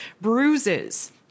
bruises